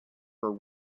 for